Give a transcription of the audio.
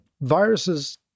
viruses